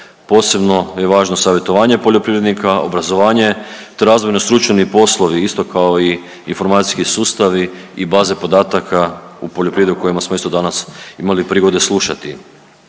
posebno je važno savjetovanje poljoprivrednika, obrazovanje, te razvojno-stručni poslovi, isto kao i informacijski sustavi i baze podataka u poljoprivredi o kojima smo isto danas imali prigode slušati.